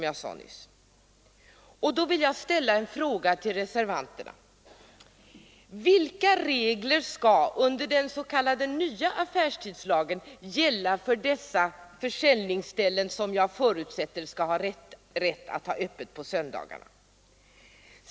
Jag vill därför ställa följande fråga till reservanterna: Vilka regler skall i en ny affärstidslag gälla för dessa försäljningsställen, som jag förutsätter skall ha rätt att hålla öppet på söndagarna?